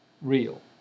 real